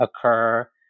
occur